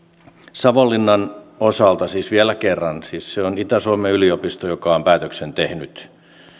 savonlinnan osalta vielä kerran siis se on itä suomen yliopisto joka on päätöksen tehnyt ja